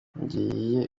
ngiyo